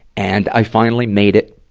and i finally made it.